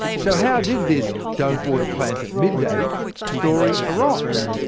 so how did this don't-water-plants-at-midday story arise?